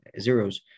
zeros